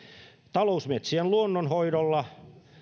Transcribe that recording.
talousmetsien luonnonhoidolla